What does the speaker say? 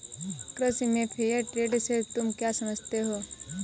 कृषि में fair trade से तुम क्या समझते हो?